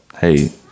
hey—